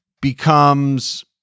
becomes